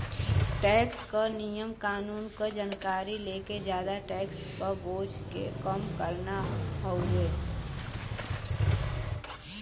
tax क नियम कानून क जानकारी लेके जादा टैक्स क बोझ के कम करना हउवे